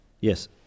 Yes